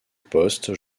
poste